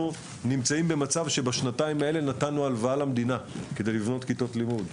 נמצאים במצב שבשנתיים האלה נתנו הלוואה למדינה כדי לבנות כיתות לימוד.